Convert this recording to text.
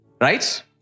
Right